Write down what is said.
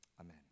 amen